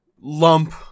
lump